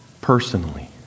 personally